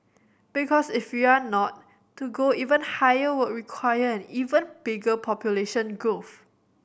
because if you are not to go even higher would require an even bigger population growth